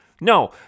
No